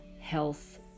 health